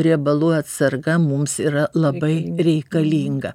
riebalų atsarga mums yra labai reikalinga